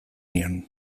nion